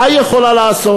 מה היא יכולה לעשות?